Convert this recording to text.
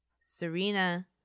Serena